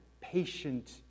patient